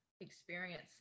experience